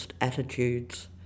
attitudes